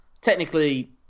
technically